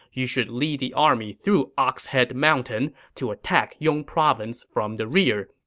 you should lead the army through ox head mountain to attack yong province from the rear.